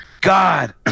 God